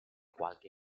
qualche